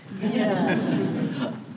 Yes